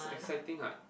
exciting [what]